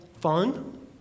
fun